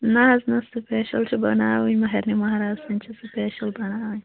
نَہ حظ نَہ سپیشَل چھِ بناوٕنۍ ماہرنہِ ماہراز سٕنٛدۍ چھِ سپیشل بناوٕنۍ